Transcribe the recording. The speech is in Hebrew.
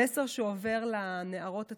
המסר שעובר לנערות הצעירות: